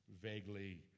vaguely